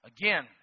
Again